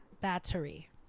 battery